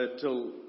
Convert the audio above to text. Till